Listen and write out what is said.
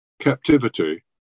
captivity